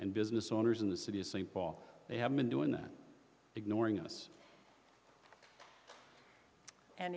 and business owners in the city of st paul they have been doing that ignoring us and